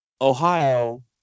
Ohio